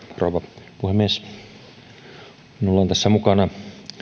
rouva puhemies minulla on tässä mukana